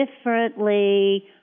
differently